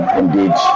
indeed